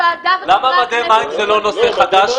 למה מדי מים זה לא נושא חדש,